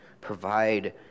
provide